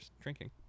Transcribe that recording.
drinking